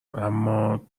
اما